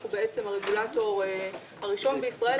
אנחנו הרגולטור הראשון בישראל,